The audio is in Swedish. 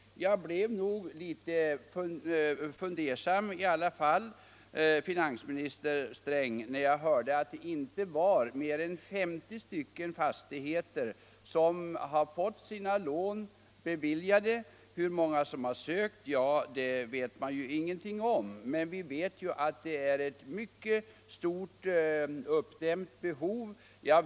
Jag blev nog litet fundersam i alla fall, när jag hörde att lån inte beviljats för mer än 50 fastigheter. Hur många som har sökt lån vet man ju ingenting om. Men vi vet att här finns ett mycket stort uppdämt behov.